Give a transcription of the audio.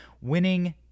winning